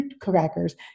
crackers